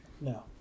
No